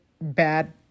bad